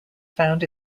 found